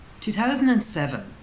2007